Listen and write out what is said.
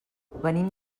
venim